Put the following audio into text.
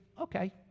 okay